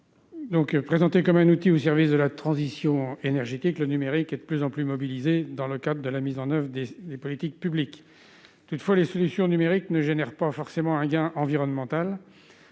Bigot. Présenté comme un outil au service de la transition énergétique, le numérique est de plus en plus mobilisé dans le cadre de la mise en oeuvre des politiques publiques. Toutefois, les solutions numériques ne génèrent pas forcément un gain environnemental.